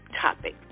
topic